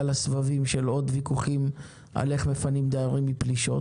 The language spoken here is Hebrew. לסבבים של עוד ויכוחים על איך מפנים דיירים מפלישות.